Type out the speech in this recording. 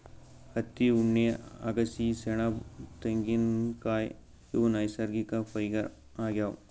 ಹತ್ತಿ ಉಣ್ಣೆ ಅಗಸಿ ಸೆಣಬ್ ತೆಂಗಿನ್ಕಾಯ್ ಇವ್ ನೈಸರ್ಗಿಕ್ ಫೈಬರ್ ಆಗ್ಯಾವ್